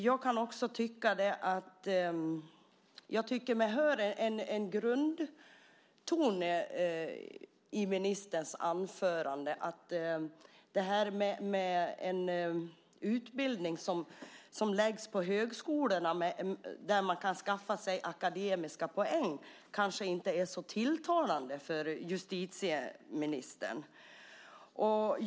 Jag tycker mig också höra en grundton i ministerns anförande av att det här med en utbildning som läggs på högskolorna där man kan skaffa sig akademiska poäng kanske inte är så tilltalande för justitieministern.